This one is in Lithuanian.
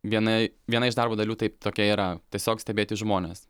viena viena iš darbo dalių taip tokia yra tiesiog stebėti žmones